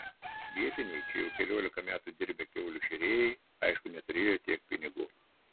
vietiniai čia jau keliolika metų dirbę kiaulių šėrėjai aišku neturėjo tiek pinigų